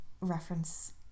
reference